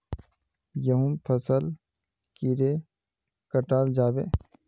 गहुम फसल कीड़े कटाल जाबे?